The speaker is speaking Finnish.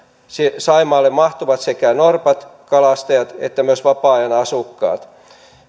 saimaalle mahtuvat sekä norpat kalastajat että myös vapaa ajan asukkaat